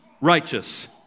righteous